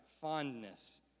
fondness